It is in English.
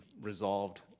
resolved